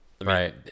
Right